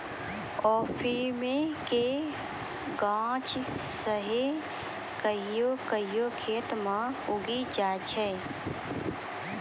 अफीमो के गाछ सेहो कहियो कहियो खेतो मे उगी जाय छै